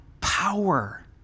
power